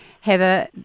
Heather